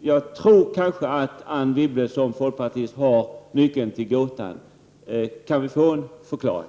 jag tror att Anne Wibble som folkpartist har nyckeln till gåtan. Kan vi få en förklaring?